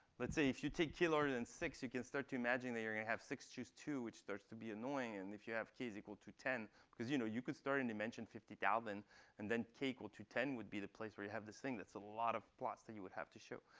let's say, if you take k larger than six, you can start to imagine that you're going to have six, choose two, which starts to be annoying. and if you have k is equal to ten because you know you could start in dimension fifty thousand and then k equal to ten would be the place where you have this thing that's a lot of plots that you would have to show.